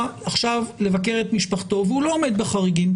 עכשיו לבקר את משפחתו והוא לא עומד בחריגים,